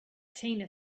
tina